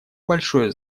большое